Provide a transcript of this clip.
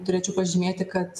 turėčiau pažymėti kad